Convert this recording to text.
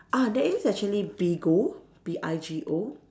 ah there is actually Bigo B I G O